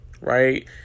right